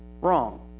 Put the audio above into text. wrong